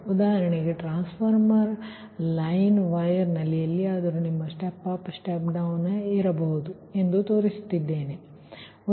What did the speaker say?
ಉದಾಹರಣೆಗೆ ನಾನು transformer line ವೈರ್ನಲ್ಲಿ ಎಲ್ಲಿಯಾದರೂ ನಿಮ್ಮ ಸ್ಟೆಪ್ ಅಪ್ ಅಥವಾ ಸ್ಟೆಪ್ ಡೌನ್ ಇರಬಹುದು ಎಂದು ತೋರಿಸುತ್ತಿದ್ದೇನೆ ಎಂದು ಭಾವಿಸೋಣ ಸರಿ